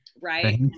right